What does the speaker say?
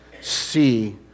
see